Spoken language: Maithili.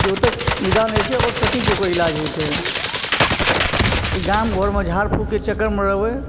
जे ओतऽ निदान होइ छै आओर सटीक ओकर इलाज होइ छै गाम घरमे झाड़ फूँकके चक्करमे रहबै